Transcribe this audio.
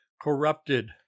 corrupted